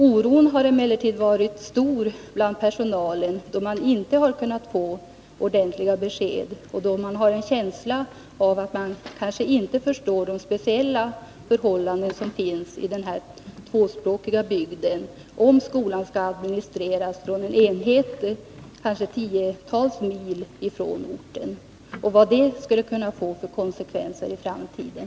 Oron bland personalen har emellertid varit stor, då man inte kunnat få ordentliga besked och då man har en känsla av att myndigheterna inte förstår de speciella förhållandena i den här tvåspråkiga bygden och vilka konsekvenser det skulle få för framtiden, om skolan skulle administreras från en enhet som ligger tiotals mil från orten.